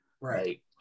right